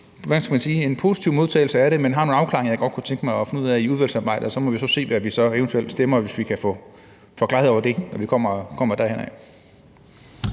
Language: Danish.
en positiv modtagelse af forslaget, men jeg har nogle ting, jeg godt kunne tænke mig at få afklaret under udvalgsarbejdet. Så må vi så se, hvad vi eventuelt stemmer, hvis vi har fået klarhed over det, når vi kommer dertil.